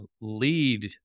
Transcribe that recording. lead